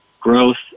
growth